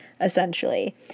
essentially